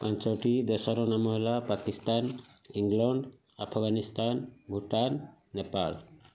ପାଞ୍ଚଟି ଦେଶର ନାମ ହେଲା ପାକିସ୍ତାନ ଇଂଲଣ୍ଡ ଆଫଗାନିସ୍ତାନ ଭୁଟାନ୍ ନେପାଳ